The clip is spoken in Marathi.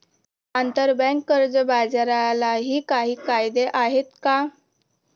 आंतरबँक कर्ज बाजारालाही काही कायदे आहेत का?